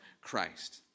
Christ